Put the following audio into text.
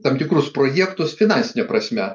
tam tikrus projektus finansine prasme